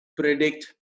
predict